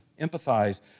empathize